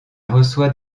reçoit